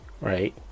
Right